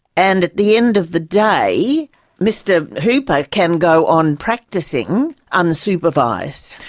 and at the end of the day mr hooper can go on practising unsupervised.